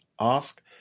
ask